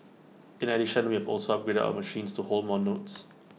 in addition we have also upgraded our machines to hold more notes